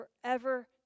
forever